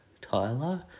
Tyler